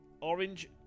orange